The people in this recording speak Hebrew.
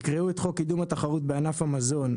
יקראו את חוק קידום התחרות בענף המזון,